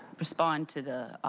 respond to the